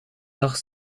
zag